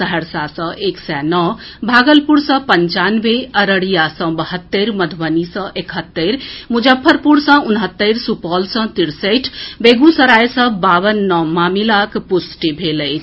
सहरसा सॅ एक सय नओ भागलपुर सॅ पंचानवे अररिया सॅ बहत्तरि मधुबनी सॅ एकहत्तरि मुजफ्फरपुर सॅ उनहत्तरि सुपौल सॅ तिरसठि बेगूसराय सॅ बावन नव मामिलाक पुष्टि भेल अछि